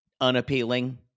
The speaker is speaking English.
unappealing